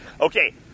Okay